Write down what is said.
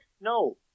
No